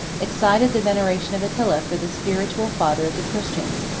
excited the veneration of attila for the spiritual father of the christians.